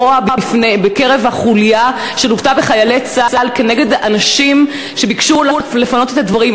רוע בקרב החוליה שלוותה בחיילי צה"ל כנגד אנשים שביקשו לפנות את הדברים.